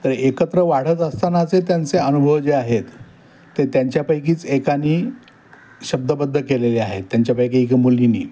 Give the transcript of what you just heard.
तर एकत्र वाढत असतानाचे त्यांचे अनुभव जे आहेत ते त्यांच्यापैकीच एकाने शब्दबद्द केलेले आहेत त्यांच्यापैकी एका मुलीने